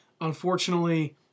Unfortunately